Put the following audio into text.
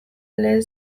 lehen